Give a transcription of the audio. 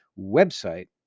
website